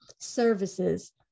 services